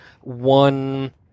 one